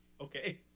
Okay